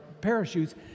parachutes